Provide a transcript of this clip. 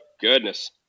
goodness